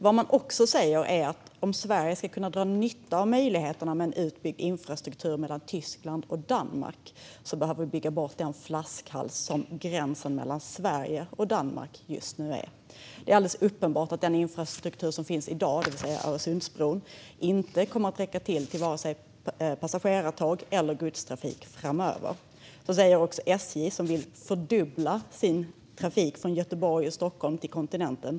Vad man också säger är att om Sverige ska kunna dra nytta av möjligheterna med en utbyggd infrastruktur mellan Tyskland och Danmark behöver vi bygga bort den flaskhals som gränsen mellan Sverige och Danmark just nu är. Det är alldeles uppenbart att den infrastruktur som finns i dag, det vill säga Öresundsbron, inte kommer att räcka vare sig för passagerartåg eller för godstrafik framöver. Det säger också SJ som vill fördubbla sin trafik från Göteborg och Stockholm till kontinenten.